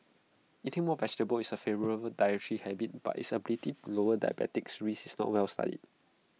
eating more vegetables is A favourable dietary habit but its ability to lower diabetes risk is not well studied